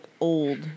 old